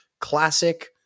classic